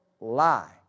lie